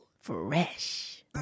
Fresh